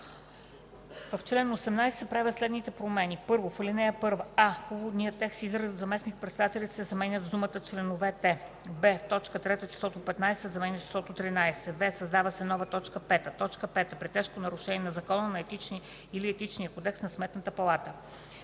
„В чл. 18 се правят следните промени: